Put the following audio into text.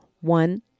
one